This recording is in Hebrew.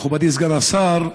מכובדי סגן השר,